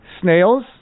Snails